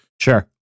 Sure